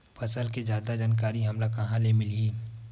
फसल के जादा जानकारी हमला कहां ले मिलही?